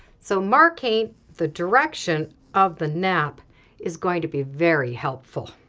so marking the direction of the nap is going to be very helpful.